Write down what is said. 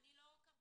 אני לא קרדיולוגית.